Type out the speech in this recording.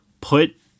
put